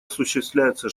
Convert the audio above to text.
осуществляется